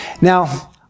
Now